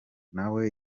nawe